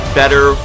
better